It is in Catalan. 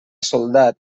soldat